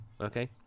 okay